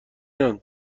یان